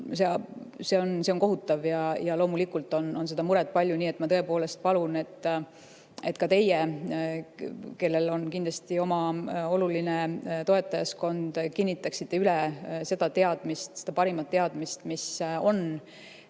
See on kohutav ja loomulikult on seda muret palju. Nii et ma tõepoolest palun, et ka teie, kellel on kindlasti oma oluline toetajaskond, kinnitaksite üle seda parimat teadmist, mis on: Eestile